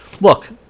Look